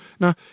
Now